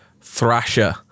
Thrasher